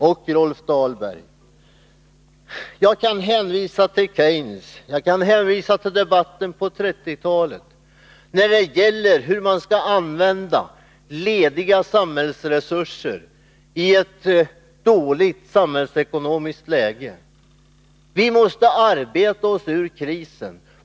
Jag kan, Rolf Dahlberg, hänvisa till Keynes och till debatten på 1930-talet när det gäller hur man skall använda lediga samhällsresurser i ett dåligt samhällsekonomiskt läge. Vi måste arbeta oss ur krisen.